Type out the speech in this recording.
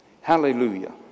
Hallelujah